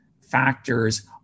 factors